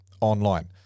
online